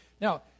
Now